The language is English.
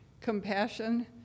compassion